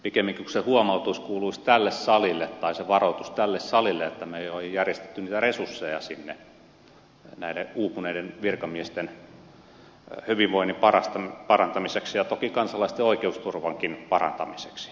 pikemminkin se huomautus tai varoitus kuuluisi tälle salille että me emme ole järjestäneet sinne resursseja näiden uupuneiden virkamiesten hyvinvoinnin parantamiseksi ja toki kansalaisten oikeusturvankin parantamiseksi